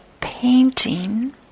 painting